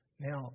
Now